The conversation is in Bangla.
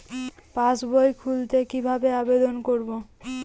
পাসবই খুলতে কি ভাবে আবেদন করব?